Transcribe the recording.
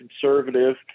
conservative